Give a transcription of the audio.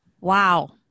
Wow